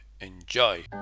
enjoy